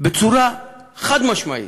בצורה חד-משמעית,